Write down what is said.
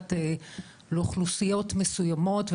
שמסייעת לאוכלוסיות מסוימות,